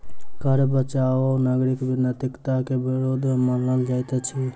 कर बचाव नागरिक नैतिकता के विरुद्ध मानल जाइत अछि